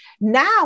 Now